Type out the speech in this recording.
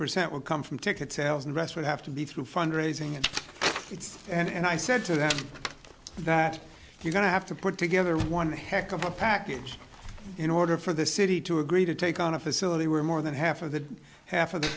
percent would come from ticket sales and rest would have to be through fundraising and it's and i said to them that you're going to have to put together one heck of a package in order for the city to agree to take on a facility where more than half of the half of the